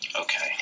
Okay